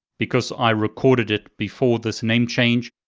because i recorded it before this name change.